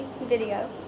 video